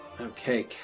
Okay